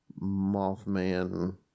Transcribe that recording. Mothman